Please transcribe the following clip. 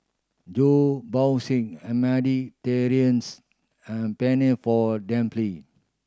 John bought a Mediterraneans and Penne for Dimple